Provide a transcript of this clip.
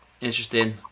interesting